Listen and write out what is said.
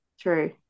true